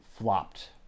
flopped